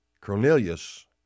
Cornelius